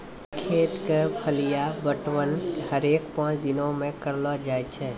खेत क फलिया पटवन हरेक पांच दिनो म करलो जाय छै